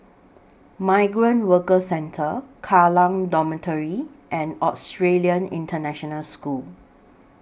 Migrant Workers Centre Kallang Dormitory and Australian International School